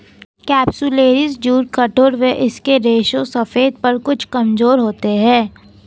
capsularis jute कठोर व इसके रेशे सफेद पर कुछ कमजोर होते हैं